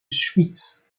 schwytz